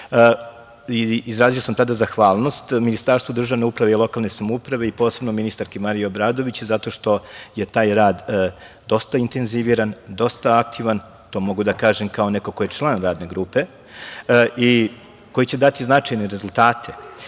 Izrazio sam tada zahvalnost Ministarstvu državne uprave i lokalne samouprave i posebno ministarki Mariji Obradović, zato što je taj rad dosta intenziviran, dosta aktiva. To mogu da kažem, kao neko ko je član radne grupe i koji će dati značajne rezultate. Naime,